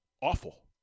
awful